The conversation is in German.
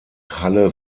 halle